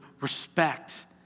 respect